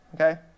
okay